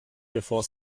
bevor